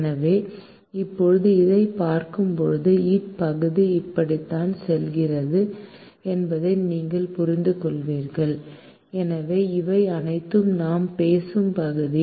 எனவே இப்போதுஇதைப் பார்க்கும்போது இப்பகுதி இப்படித்தான் செல்கிறது என்பதை நீங்கள் புரிந்துகொள்வீர்கள் எனவே இவை அனைத்தும் நாம் பேசும் பகுதி